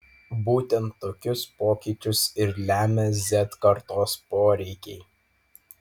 būtent tokius pokyčius ir lemia z kartos poreikiai